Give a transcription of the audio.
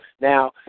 Now